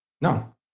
No